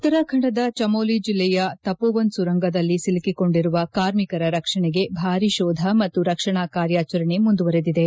ಉತ್ತರಾಖಂಡದ ಚಮೋಲಿ ಜಿಲ್ಲೆಯ ತಪೋವನ್ ಸುರಂಗದಲ್ಲಿ ಸಿಲುಕಿಕೊಂಡಿರುವ ಕಾರ್ಮಿಕರ ರಕ್ಷಣೆಗೆ ಭಾರೀ ಶೋಧ ಮತ್ತು ರಕ್ಷಣಾ ಕಾರ್ಯಾಚರಣೆ ಮುಂದುವರೆದಿದೆ